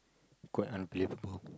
quite unbelievable